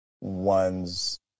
one's